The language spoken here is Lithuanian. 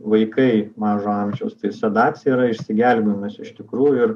vaikai mažo amžiaus tai sedacija yra išsigelbėjimas iš tikrųjų ir